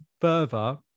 further